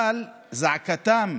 אבל זעקותיהם